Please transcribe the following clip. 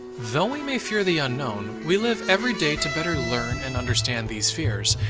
though we may fear the unknown, we live everyday to better learn and understand these fears.